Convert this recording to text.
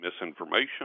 misinformation